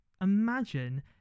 imagine